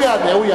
הוא יענה.